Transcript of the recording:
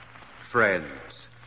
Friends